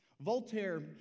Voltaire